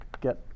get